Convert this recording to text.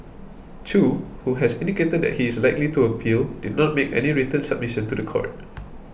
Chew who has indicated that he is likely to appeal did not make any written submission to the court